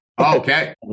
Okay